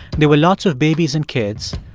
there were lots of babies and kids,